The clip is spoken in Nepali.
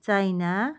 चाइना